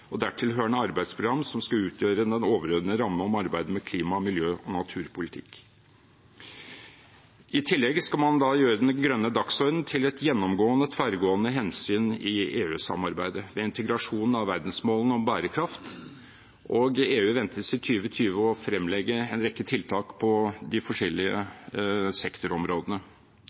og dertil hørende arbeidsprogram som skal utgjøre den overordnede ramme om arbeidet med klima-, miljø- og naturpolitikk. I tillegg skal man gjøre den grønne dagsorden til et gjennomgående, tverrgående hensyn i EU-samarbeidet, med integrasjonen av verdensmålene om bærekraft, og EU ventes i 2020 å fremlegge en rekke tiltak på de forskjellige sektorområdene.